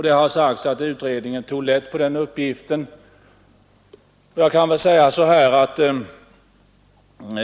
Det har sagts att utredningen tog lätt på den uppgiften.